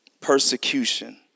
persecution